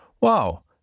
wow